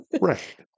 Right